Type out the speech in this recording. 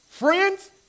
Friends